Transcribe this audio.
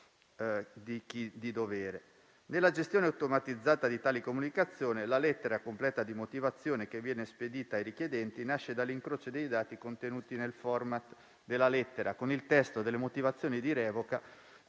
Nella gestione automatizzata di tale comunicazione la lettera completa di motivazione, che viene spedita ai richiedenti, nasce dall'incrocio dei dati contenuti nel *format* della lettera con il testo delle motivazioni di revoca,